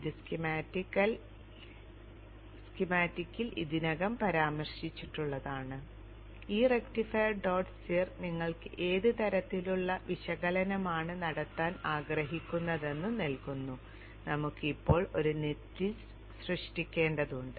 ഇത് സ്കീമാറ്റിക്കിൽ ഇതിനകം പരാമർശിച്ചിട്ടുള്ളതാണ് ഈ റക്റ്റിഫയർ dot cir നിങ്ങൾക്ക് ഏത് തരത്തിലുള്ള വിശകലനമാണ് നടത്താൻ ആഗ്രഹിക്കുന്നതെന്ന് നൽകുന്നു നമുക്ക് ഇപ്പോൾ നെറ്റ് ലിസ്റ്റ് സൃഷ്ടിക്കേണ്ടതുണ്ട്